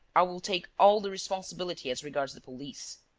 i will take all the responsibility as regards the police.